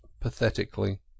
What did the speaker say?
pathetically